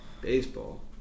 Baseball